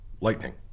lightning